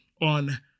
on